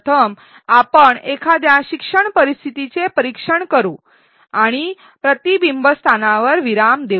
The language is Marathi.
प्रथम आपण एखाद्या शिक्षण परिस्थितीचे परीक्षण करू आणि प्रतिबिंबस्थानावर विराम देऊ